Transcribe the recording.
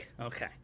Okay